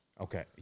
Okay